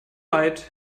leid